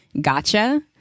gotcha